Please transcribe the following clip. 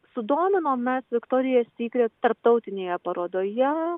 sudominome viktoriją sykret tarptautinėje parodoje